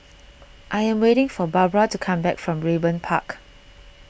I am waiting for Barbra to come back from Raeburn Park